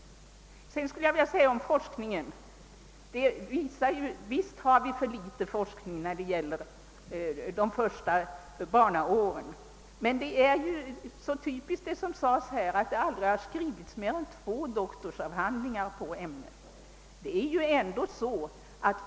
Om forskningen vill jag säga, att visst har vi för litet forskning rörande de första barnaåren. Men det är nog typiskt, som det sades här, att det inte skrivits mer än två doktorsavhandlingar i ämnet.